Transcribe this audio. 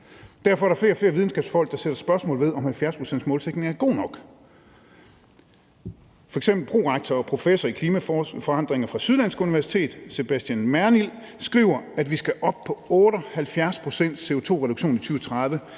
Derfor er der flere og flere videnskabsfolk, der sætter spørgsmålstegn ved, om 70-procentsmålsætningen er god nok. F.eks. skriver prorektor og professor i klimaforandringer fra Syddansk Universitet, Sebastian Mernild, at vi skal op på en CO2-reduktion på